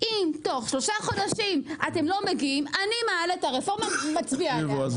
אם תוך שלושה חודשים אתם לא מגיעים אני מעלה את הרפורמה ומצביע עליה.